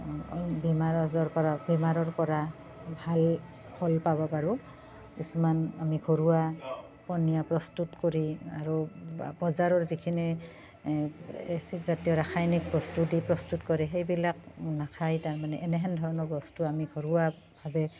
বেমাৰ আজাৰৰ পৰা বেমাৰৰ পৰা ভাল ফল পাব পাৰো কিছুমান আমি ঘৰুৱা পনীয়া প্ৰস্তুত কৰি আৰু বজাৰৰ যিখিনি এচিদ জাতীয় ৰাসায়নিক বস্তু দি প্ৰস্তুত কৰে সেইবিলাক নাখাই তাৰমানে এনেহেন ধৰণৰ বস্তু আমি ঘৰুৱাভাৱে